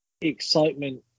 excitement